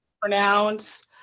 pronounce